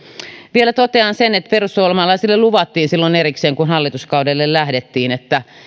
vielä totean sen että perussuomalaisille luvattiin erikseen silloin kun hallituskaudelle lähdettiin että